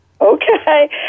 Okay